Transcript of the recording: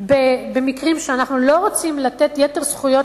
בין מקרים שבהם אנחנו לא רוצים לתת יתר זכויות